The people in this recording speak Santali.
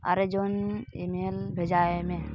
ᱟᱨᱮ ᱡᱚᱱ ᱤᱼᱢᱮᱞ ᱵᱷᱮᱡᱟᱣᱟᱭᱢᱮ